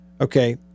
Okay